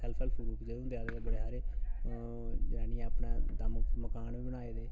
self help group जेह्ड़े हुंदे बड़े हारे जननियां अपने दम उप्पर मकान बी बनाए दे